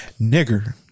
nigger